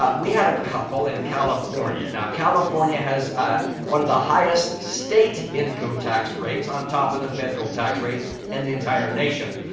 ah we had a couple in california. now, california has ah one of the highest state income tax rates on top of the federal tax rate in and the entire nation.